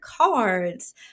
cards